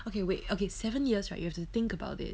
okay wait okay seven years right you have to think about it